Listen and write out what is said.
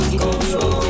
control